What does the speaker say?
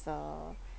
a